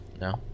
No